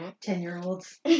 Ten-year-olds